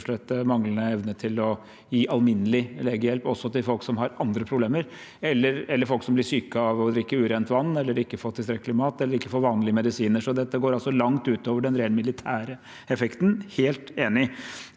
manglende evne til å gi alminnelig legehjelp også til folk som har andre problemer, eller folk som blir syke av å drikke urent vann, eller ikke får tilstrekkelig mat, eller ikke får vanlige medisiner. Så dette går altså langt utover den rent militære effekten – helt enig.